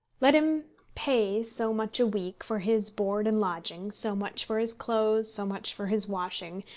let him pay so much a week for his board and lodging, so much for his clothes, so much for his washing,